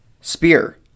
spear